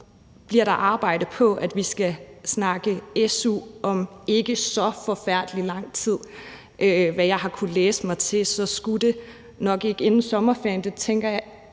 bliver der arbejdet på, at vi skal snakke su om ikke så forfærdelig lang tid. Efter hvad jeg har kunnet læse mig til, skulle det nok ikke være inden sommerferien